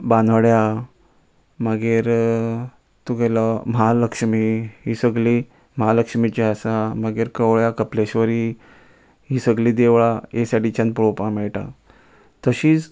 बांदोड्या मागीर तूं गेलो महालक्ष्मी ही सगलीं म्हालक्ष्मीची आसा मागीर कवळ्या कपलेश्वरी ही सगलीं देवळां ही साडीच्यान पळोवपाक मेळटा तशींच